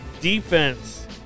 defense